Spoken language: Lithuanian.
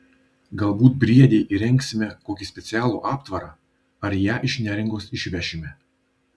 galbūt briedei įrengsime kokį specialų aptvarą ar ją iš neringos išvešime